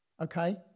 Okay